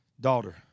Daughter